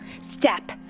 Step